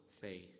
faith